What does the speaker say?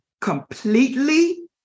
completely